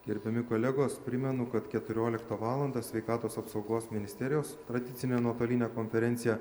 gerbiami kolegos primenu kad keturioliktą valandą sveikatos apsaugos ministerijos tradicinė nuotolinė konferencija